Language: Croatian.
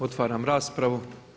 Otvaram raspravu.